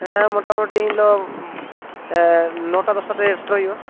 ᱦᱮᱸ ᱢᱳᱴᱟ ᱢᱩᱴᱤ ᱮᱱᱦᱤᱞᱳᱜ ᱱᱚᱴᱟ ᱫᱚᱥᱴᱟ ᱛᱮᱜᱮ ᱥᱮᱴᱮᱨᱚᱜ ᱦᱩᱭᱩᱜᱼᱟ